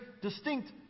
distinct